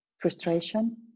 Frustration